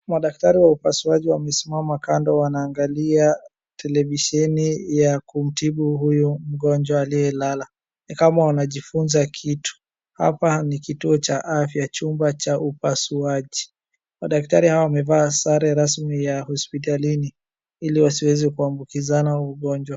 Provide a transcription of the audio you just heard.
Madaktari wa upasuaji wamesimama kando wananagalia televisheni ya kumtibu huyo mgonjwa aliyelala, ni kama wanajifunza kitu. Hapa ni kituo cha afya chumba cha upasuaji. Madaktari hawa wamevaa sare rasmi ya hospitalini ili wasiwezekuambukizana ugonjwa.